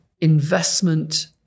investment